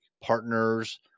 partners